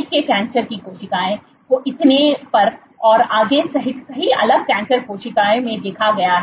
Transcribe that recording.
के कैंसर की कोशिकाओं को इतने पर और आगे सहित कई अलग कैंसर कोशिकाओं में देखा गया है